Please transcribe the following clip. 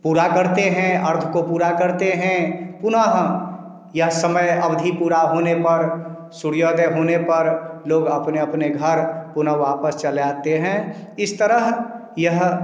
पूरा करते हैं अर्घ को पूरा करते हैं पुनः यह समय अवधि पूरा होने पर सूर्योदय होने पर लोग अपने अपने घर पुनः वापस चले आते हैं इस तरह यह